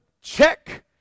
Check